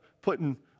putting